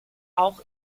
auch